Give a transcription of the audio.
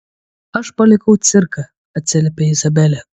aš palikau cirką atsiliepia izabelė